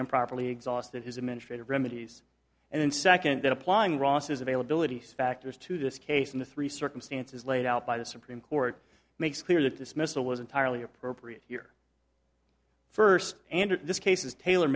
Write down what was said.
improperly exhausted his administrative remedies and then second that applying ross's availabilities factors to this case in the three circumstances laid out by the supreme court makes clear that dismissal was entirely appropriate here first and this case is tailor